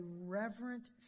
reverent